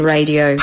Radio